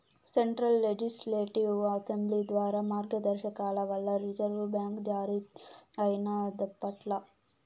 central legislative assembly ద్వారా మార్గదర్శకాల వల్ల రిజర్వు బ్యాంక్ జారీ అయినాదప్పట్ల